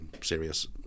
serious